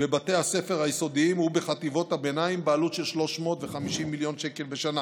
בבתי הספר היסודיים ובחטיבות הביניים בעלות של 350 מיליון שקל בשנה,